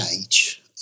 age